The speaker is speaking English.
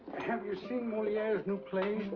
have you seen moliere's new play?